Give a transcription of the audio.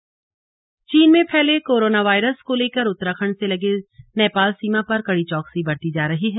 corona चीन में फैले कोरोना वायरस को लेकर उत्तराखंड से लगे नेपाल सीमा पर कड़ी चौकसी बरती जा रही है